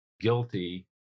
guilty